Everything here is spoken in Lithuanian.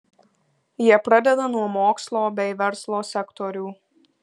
jie pradeda nuo mokslo bei verslo sektorių